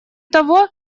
того